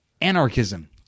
Anarchism